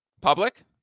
public